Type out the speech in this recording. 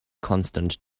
constant